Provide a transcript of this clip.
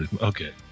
Okay